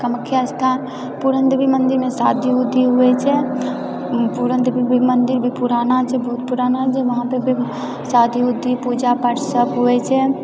कामख्या स्थान पूरण देवी मंदिरमे शादी उदी हुए छै पूरण देवी मंदिर भी पुराना छै बहुत पुराना जे वहांँ पे भी शादी उदी पूजापाठ सब हुऐ छै